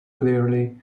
clearly